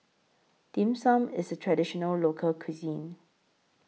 Dim Sum IS A Traditional Local Cuisine